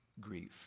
grief